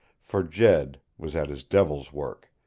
for jed was at his devil's work,